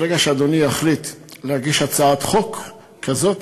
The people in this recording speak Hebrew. ברגע שאדוני יחליט להגיש הצעת חוק כזאת,